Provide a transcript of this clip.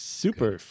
super